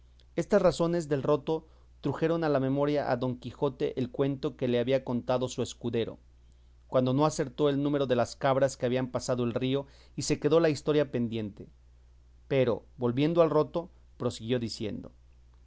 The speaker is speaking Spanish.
estas razones del roto trujeron a la memoria a don quijote el cuento que le había contado su escudero cuando no acertó el número de las cabras que habían pasado el río y se quedó la historia pendiente pero volviendo al roto prosiguió diciendo